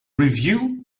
review